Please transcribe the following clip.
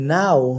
now